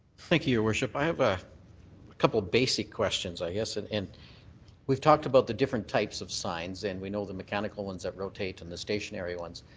thank you, your worship. i have a couple basic questions, i guess, and and we've talked about the different types of signs and we know the mechanical ones that rotate and the stationary ones.